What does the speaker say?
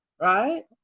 right